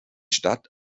stadt